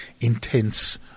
intense